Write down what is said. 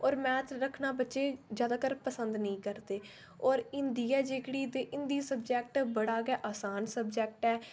और मैथ रक्खना बच्चे गी ज्यादातर पसंद नेईं करदे ओर हिंदी ऐ जेह्कड़ी ते हिंदी सब्जैक्ट बड़ा गै आसान सब्जैक्ट ऐ